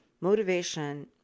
motivation